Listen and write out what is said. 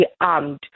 armed